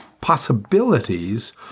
possibilities